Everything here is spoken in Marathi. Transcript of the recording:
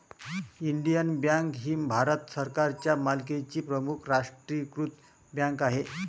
इंडियन बँक ही भारत सरकारच्या मालकीची प्रमुख राष्ट्रीयीकृत बँक आहे